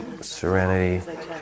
serenity